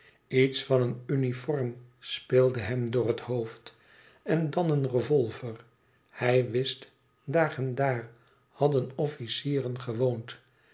iets van een uniform speelde hem door het hoofd en dan een revolver hij wist daar en daar hadden officieren gewoond